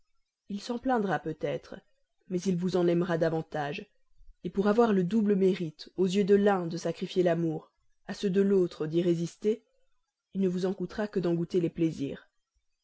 il s'en plaindra peut-être mais il vous en aimera davantage pour avoir le double mérite aux yeux de l'un de sacrifier l'amour à ceux de l'autre d'y résister il ne vous en coûtera que d'en goûter les plaisirs